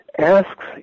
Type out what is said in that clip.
asks